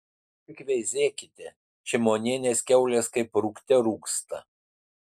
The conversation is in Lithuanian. tik veizėkite šimonienės kiaulės kaip rūgte rūgsta